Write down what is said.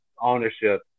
ownership